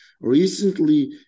Recently